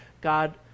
God